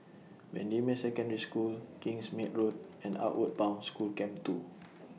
Bendemeer Secondary School Kingsmead Road and Outward Bound School Camp two